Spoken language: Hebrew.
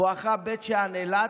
בואכה בית שאן ואילת,